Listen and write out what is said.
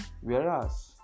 whereas